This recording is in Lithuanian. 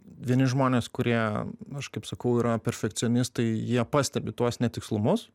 vieni žmonės kurie aš kaip sakau yra perfekcionistai jie pastebi tuos netikslumus